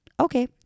Okay